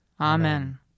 Amen